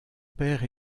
père